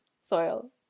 soil